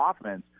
offense